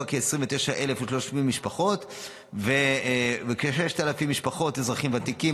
לכ-29,033 משפחות וכ-6,000 משפחות אזרחים ותיקים.